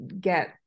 get